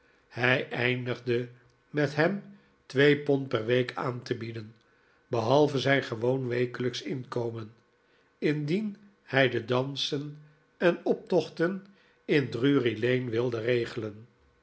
hi eindigde met hem twee pond per week aan te bieden behalve zijngewoon wekelijksch inkomen indien hi de dansen en optochten in drury-lane wilde regelen